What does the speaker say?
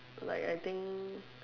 like I think